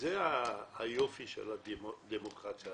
זה היופי של הדמוקרטיה